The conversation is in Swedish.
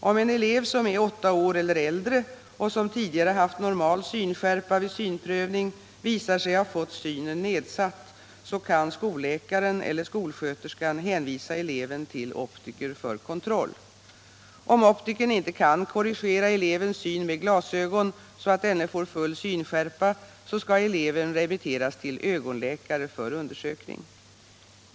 Om en elev som är åtta år eller äldre och som tidigare haft normal synskärpa vid synprövning visar sig ha fått synen nedsatt kan skolläkaren eller skolsköterskan hänvisa eleven till optiker för kontroll. Om optikern inte kan korrigera elevens syn med glasögon så att denne får full synskärpa skall eleven remitteras till ögonläkare för undersökning.